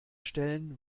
stellen